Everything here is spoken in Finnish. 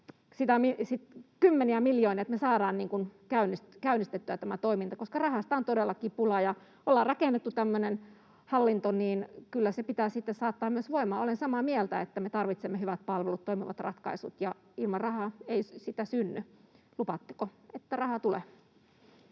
kymmeniä miljoonia, että me saadaan käynnistettyä tämä toiminta, koska rahasta on todellakin pulaa? Kun me ollaan rakennettu tämmöinen hallinto, niin kyllä se pitää sitten saattaa myös voimaan. Olen samaa mieltä, että me tarvitsemme hyvät palvelut, toimivat ratkaisut, ja ilman rahaa ei niitä synny. Lupaatteko, että rahaa tulee?